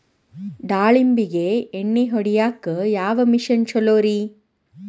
ದಾಳಿಂಬಿಗೆ ಎಣ್ಣಿ ಹೊಡಿಯಾಕ ಯಾವ ಮಿಷನ್ ಛಲೋರಿ?